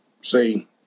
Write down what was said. see